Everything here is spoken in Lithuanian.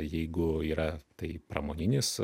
jeigu yra tai pramoninis